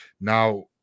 now